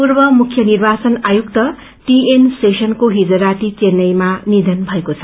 पूर्व मुख्य निर्वाचन आयुक्त दीएन शेषनको हिज राती चेत्रईमा निथन भएको छ